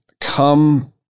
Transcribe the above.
come